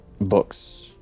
books